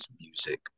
music